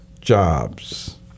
jobs